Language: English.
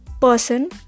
person